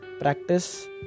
practice